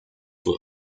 were